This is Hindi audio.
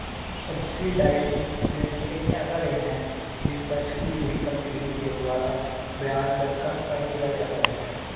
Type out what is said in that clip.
सब्सिडाइज्ड ऋण एक ऐसा ऋण है जिस पर छुपी हुई सब्सिडी के द्वारा ब्याज दर कम कर दिया जाता है